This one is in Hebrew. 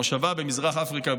מושבה במזרח אפריקה,